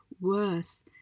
worse